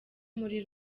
muri